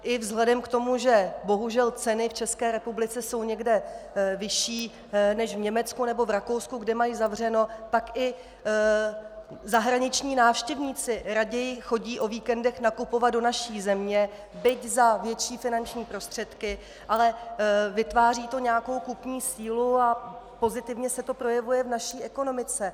I vzhledem k tomu, že bohužel ceny v České republice jsou někde vyšší než v Německu nebo v Rakousku, kde mají zavřeno, tak i zahraniční návštěvníci raději chodí o víkendech nakupovat do naší země, byť za větší finanční prostředky, ale vytváří to nějakou kupní sílu a pozitivně se to projevuje v naší ekonomice.